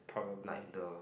like the